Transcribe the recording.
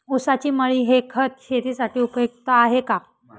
ऊसाची मळी हे खत शेतीसाठी उपयुक्त आहे का?